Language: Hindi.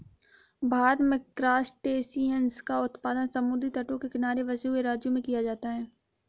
भारत में क्रासटेशियंस का उत्पादन समुद्री तटों के किनारे बसे हुए राज्यों में किया जाता है